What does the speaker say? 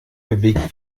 bewegt